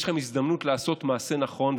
יש לכם הזדמנות לעשות מעשה נכון,